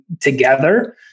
together